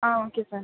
ah okay sir